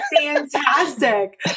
Fantastic